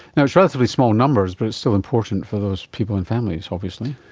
and it's relatively small numbers but it's still important for those people and families obviously.